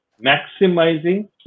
maximizing